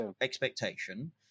expectation